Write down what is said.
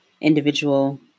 individual